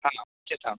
हा उच्यताम्